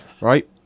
Right